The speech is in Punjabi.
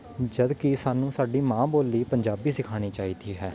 ਜਦਕਿ ਸਾਨੂੰ ਸਾਡੀ ਮਾਂ ਬੋਲੀ ਪੰਜਾਬੀ ਸਿਖਾਉਣੀ ਚਾਹੀਦੀ ਹੈ